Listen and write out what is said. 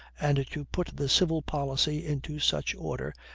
and to put the civil policy into such order,